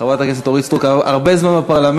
חברת הכנסת אורית סטרוק הרבה זמן בפרלמנט,